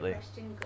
question